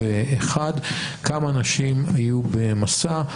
כמה אנשים היו ב'מסע',